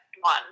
one